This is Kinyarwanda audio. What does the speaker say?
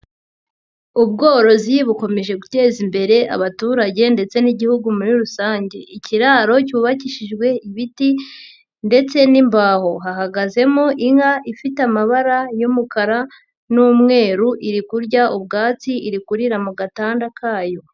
Ubworozi bukomeje guteza imbere abaturage ndetse n'igihugu muri rusange. Ikiraro cyubakishijwe ibiti ndetse n'imbaho. Hahagazemo inka ifite amabara y'umukara n'umweru, iri kurya ubwatsi, iri kurira mu gatanda kayo.